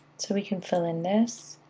so we can fill in this.